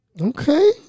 Okay